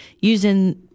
using